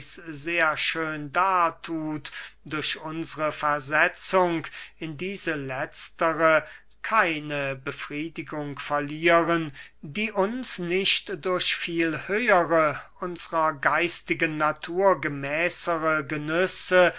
sehr schön darthut durch unsre versetzung in diese letztere keine befriedigung verlieren die uns nicht durch viel höhere unsrer geistigen natur gemäßere genüsse